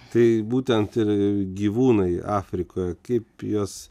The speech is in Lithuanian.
tai būtent ir gyvūnai afrikoje kaip juos